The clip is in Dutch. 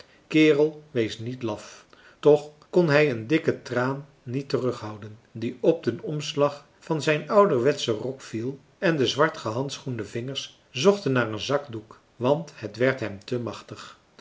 kerel wees niet laf toch kon hij een marcellus emants een drietal novellen dikken traan niet terughouden die op den omslag van zijn ouderwetschen rok viel en de zwart gehandschoende vingers zochten naar een zakdoek want het werd hem te machtig